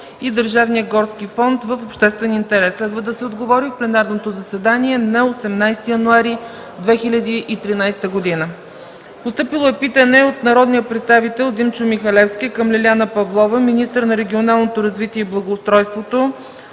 и държавния горски фонд в обществен интерес; следва да се отговори в пленарното заседание на 18 януари 2013 г.; - от народния представител Димчо Михалевски към Лиляна Павлова – министър на регионалното развитие и благоустройството,